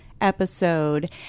episode